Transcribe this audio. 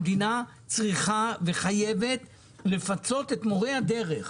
המדינה צריכה וחייבת לפצות את מורי הדרך,